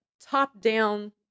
top-down